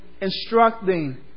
instructing